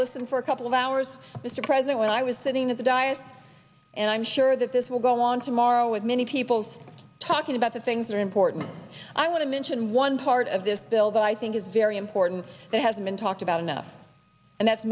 listened for a couple of hours mr president when i was sitting at the diet and i'm sure that this will go on tomorrow with many people talking about the things that are important i want to mention one part of this bill that i think is very important that hasn't been talked about enough and that's